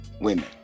women